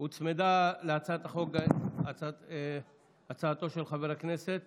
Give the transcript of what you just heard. הוצמדה להצעת החוק הצעתו של חבר הכנסת